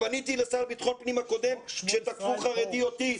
ופניתי לשר לביטחון פנים הקודם כשתקפו חרדי אוטיסט.